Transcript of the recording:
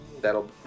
That'll